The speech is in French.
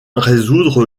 résoudre